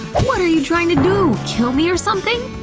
what are you trying to do, kill me or something?